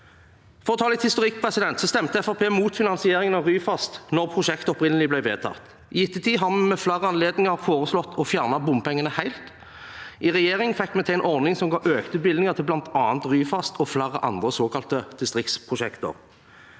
For å ta litt historikk: Fremskrittspartiet stemte mot finansieringen av Ryfast da prosjektet opprinnelig ble vedtatt. I ettertid har vi ved flere anledninger foreslått å fjerne bompengene helt. I regjering fikk vi til en ordning som ga økte bevilgninger til bl.a. Ryfast og flere andre såkalte distriktsprosjekter.